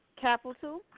capital